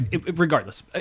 regardless